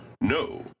No